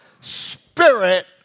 spirit